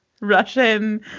Russian